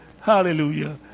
Hallelujah